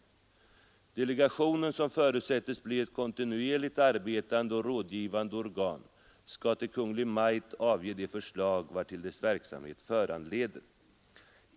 Delegationen som förutsätts bli ett kontinuerligt arbetande och rådgivande organ skall till Kungl. Maj:t avge de förslag, vartill dess verksamhet föranleder.